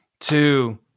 two